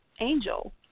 Angel